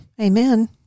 Amen